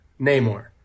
Namor